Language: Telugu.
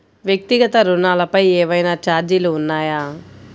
వ్యక్తిగత ఋణాలపై ఏవైనా ఛార్జీలు ఉన్నాయా?